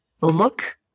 look